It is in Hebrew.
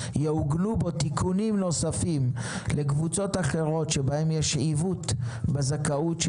יעוגנו בו תיקונים נוספים לקבוצות אחרות שבהן יש עיוות בזכאות.